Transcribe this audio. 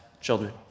children